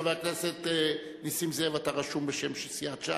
חבר הכנסת נסים זאב, אתה רשום בשם סיעת ש"ס,